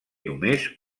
només